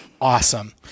Awesome